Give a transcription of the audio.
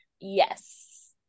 yes